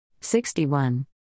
61